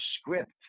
script